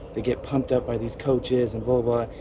they get pumped up by these coaches and blah blah.